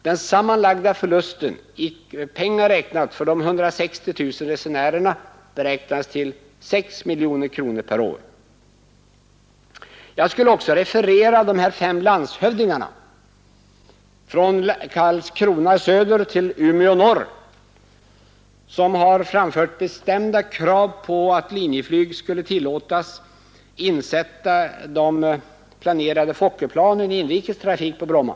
Den sammanlagda förlusten för de 160 000 resenärerna beräknas till ca 6 miljoner kronor per år. Jag vill också referera de fem landshövdingarna från Karlskrona i söder till Umeå i norr som framfört bestämda krav på att Linjeflyg skulle tillåtas insätta de planerade Fokkerplanen i inrikes trafik på Bromma.